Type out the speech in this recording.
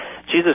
Jesus